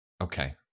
Okay